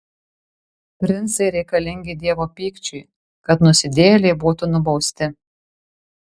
princai reikalingi dievo pykčiui kad nusidėjėliai būtų nubausti